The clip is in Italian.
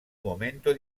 momento